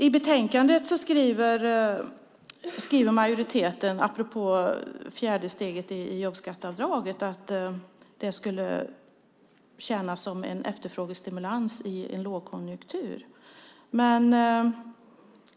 I betänkandet skriver majoriteten apropå det fjärde steget i jobbskatteavdraget att det skulle tjäna som en efterfrågestimulans i en lågkonjunktur.